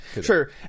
Sure